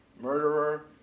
murderer